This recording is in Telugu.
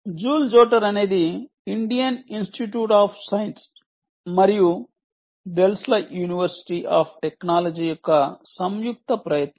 జూల్ జోటర్ అనేది ఇండియన్ ఇన్స్టిట్యూట్ ఆఫ్ సైన్స్ మరియు డెల్ఫ్ట్ యూనివర్శిటీ ఆఫ్ టెక్నాలజీ యొక్క సంయుక్త ప్రయత్నం